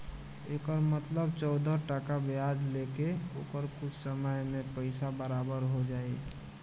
एकर मतलब चौदह टका ब्याज ले के ओकर कुछ समय मे पइसा बराबर हो जाई